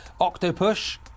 Octopush